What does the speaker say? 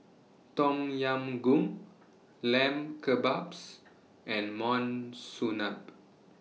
Tom Yam Goong Lamb Kebabs and Monsunabe